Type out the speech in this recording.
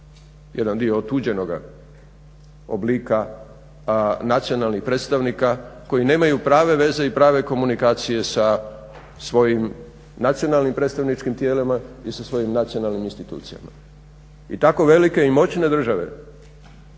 jedan dio otuđenoga oblika nacionalnih predstavnika koji nemaju prave veze i prave komunikacije sa svojim nacionalnim predstavničkim tijelima i sa svojim nacionalnim institucijama. I tako velike i moćne države